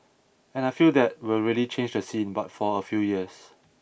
and I feel that will really change the scene but for a few years